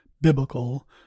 biblical